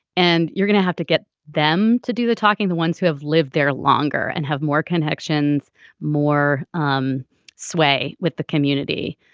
and you're going to have to get them to do the talking the ones who have lived there longer and have more connections more um sway with the community.